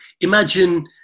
imagine